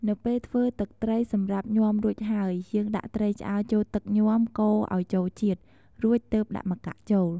នៅពេលធ្វើទឹកត្រីសម្រាប់ញាំរួចហើយយើងដាក់ត្រីឆ្អើរចូលទឹកញាំកូរឱ្យចូលជាតិ រួចទើបដាក់ម្កាក់ចូល។